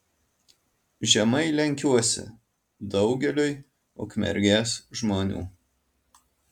žemai lenkiuosi daugeliui ukmergės žmonių